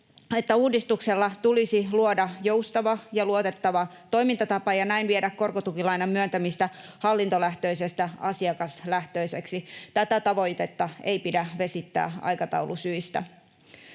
uudistuksella tulisi luoda joustava ja luotettava toimintatapa ja näin viedä korkotukilainan myöntämistä hallintolähtöisestä asiakaslähtöiseksi. Tätä tavoitetta ei pidä vesittää aikataulusyistä.”